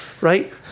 right